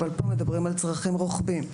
אבל פה מדברים על צרכים רוחביים,